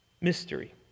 mystery